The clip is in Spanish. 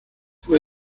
fue